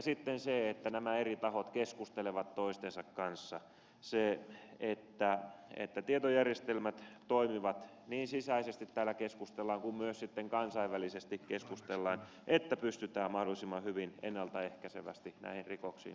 sitten on tärkeää se että nämä eri tahot keskustelevat toistensa kanssa ja että tietojärjestelmät toimivat ja niin sisäisesti kuin myös sitten kansainvälisesti keskustellaan että pystytään mahdollisimman hyvin ennalta ehkäisevästi näihin rikoksiin puuttumaan